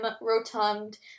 rotund